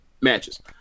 matches